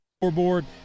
scoreboard